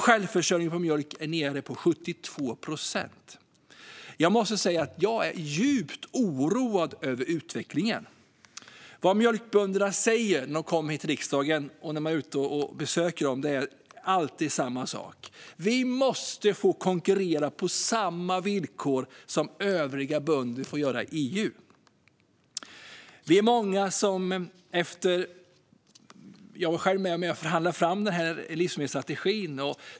Självförsörjningsgraden när det gäller mjölk är nere på 72 procent. Jag måste säga att jag är djupt oroad över utvecklingen. Vad mjölkbönderna säger när de kommer hit till riksdagen och när man är ute och besöker dem är alltid samma sak: Vi måste få konkurrera på samma villkor som övriga bönder i EU. Jag var själv med och förhandlade fram livsmedelsstrategin.